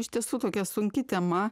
iš tiesų tokia sunki tema